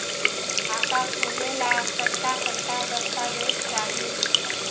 खाता खोले ला कट्ठा कट्ठा दस्तावेज चाहीं?